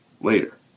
Later